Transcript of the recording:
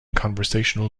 conversational